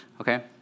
Okay